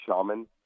shaman